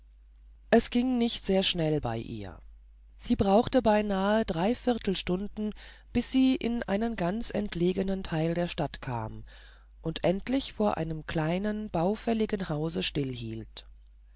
es ging nicht sehr schnell bei ihr und sie brauchte beinahe drei viertelstunden bis sie in einen ganz entlegenen teil der stadt kam und endlich vor einem kleinen baufälligen hause